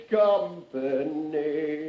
company